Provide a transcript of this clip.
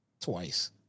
twice